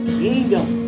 kingdom